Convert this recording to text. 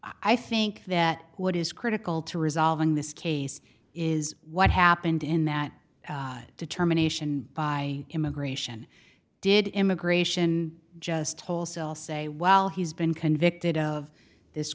i think that what is critical to resolving this case is what happened in that determination by immigration did immigration just wholesale say well he's been convicted of this